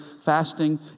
fasting